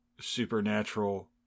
supernatural